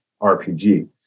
RPG